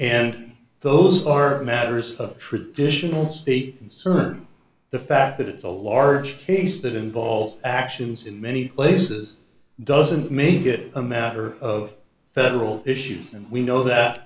and those are matters of traditional state concern the fact that it's a large case that involves actions in many places doesn't make it a matter of federal issues and we know that